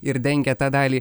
ir dengia tą dalį